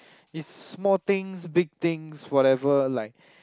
it's small things big things whatever like